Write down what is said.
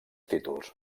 títols